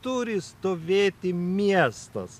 turi stovėti miestas